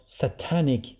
satanic